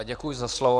Děkuji za slovo.